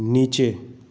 नीचे